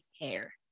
hair